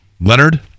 Leonard